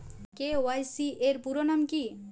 KYC এর পুরোনাম কী?